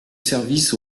service